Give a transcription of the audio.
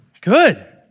Good